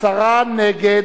עשרה נגד,